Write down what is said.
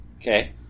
Okay